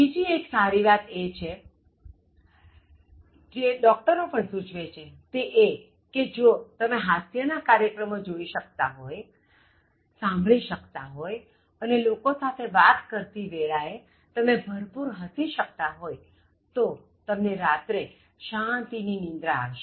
બીજી એક સારી વાત જે ડોક્ટરો પણ સૂચવે છે તે એ કે જો તમે હાસ્યના કાર્યક્રમો જોઇ શકતા હોય સાંભળી શકતા હોય અને લોકો સાથે વાત કરતી વેળાએ તમે ભરપુર હસી શકતા હોય તો તમને રાત્રે શાંતિની નિંદ્રા આવશે